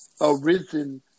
arisen